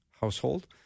household